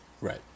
Right